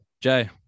Jay